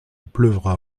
pleuvra